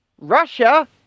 Russia